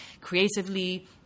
creatively